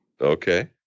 Okay